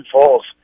Falls